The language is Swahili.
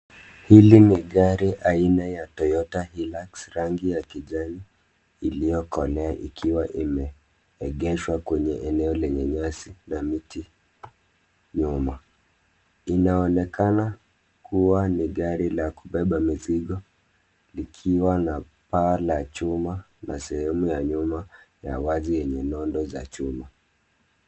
Hili ni gari aina ya Toyota Hilux rangi ya kijani iliyokolea ikiwa imeegeshwa kwenye eneo lenye nyasi na miti nyuma. Inaonekana kuwa ni gari la kubeba mizigo likiwa na paa la chuma na sehemu ya nyuma ya wazi yenye nondo za chuma.